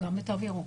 גם בתו ירוק.